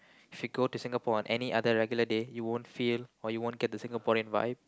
if you go to Singapore on any other regular day you won't feel or you won't get the Singaporean vibe